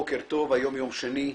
בוקר טוב, היום יום שני,